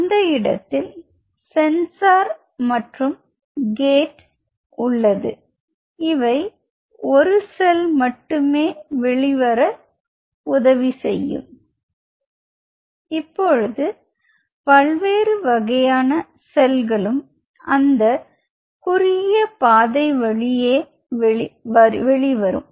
அந்த இடத்தில் சென்சார் மற்றும் கேட் உள்ளது இப்பொழுது பல்வேறு வகையான செல்களும் அந்தக் குறுகிய பாதை வழியே வரும்